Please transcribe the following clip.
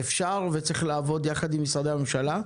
אפשר וצריך לעבוד יחד עם משרדי הממשלה.